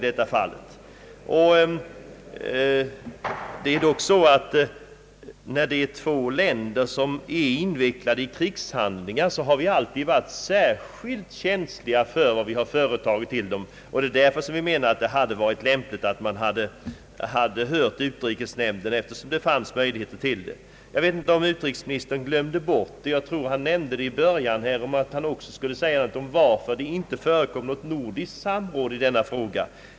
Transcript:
Det är dock så att när två länder är invecklade i krigshandlingar har vi alltid varit särskilt känsliga för vad vi företagit oss, och det är därför vi anser att det hade varit lämpligt att höra utrikesnämnden, eftersom det fanns möjlighet till detta. Jag vet inte om utrikesministern glömde bort att ta upp frågan om nordiskt samråd i erkännandefrågan. Jag tror att han nämnde att han också skulle säga någonting om varför det inte förekom något nordiskt samråd i denna fråga.